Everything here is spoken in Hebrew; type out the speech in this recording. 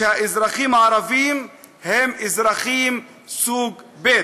שהאזרחים הערבים הם אזרחים סוג ב'.